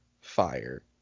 Fire